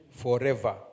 forever